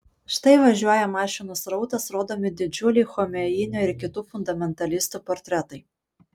štai važiuoja mašinų srautas rodomi didžiuliai chomeinio ir kitų fundamentalistų portretai